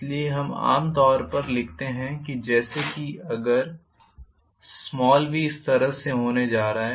इसलिए हम आम तौर पर लिखते हैं जैसे कि अगर v इस तरह से होने जा रहा है